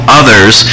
others